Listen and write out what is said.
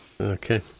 Okay